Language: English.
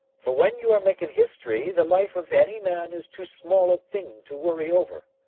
for when you are makin' history the life of any man is too small a thing to worry over.